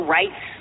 rights